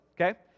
okay